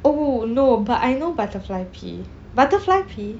oh no but I know butterfly pea butterfly pea